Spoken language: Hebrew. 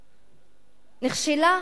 נכשלו.